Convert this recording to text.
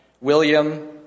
William